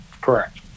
Correct